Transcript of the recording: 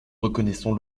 reconnaissons